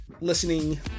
listening